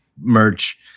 merch